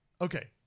okay